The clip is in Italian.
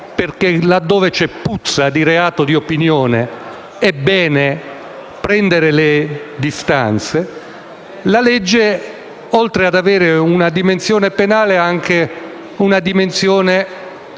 legge - laddove c'è puzza di reato di opinione è infatti bene prendere le distanze - che la norma, oltre ad avere una dimensione penale, ha anche una dimensione